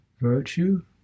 virtue